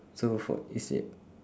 so for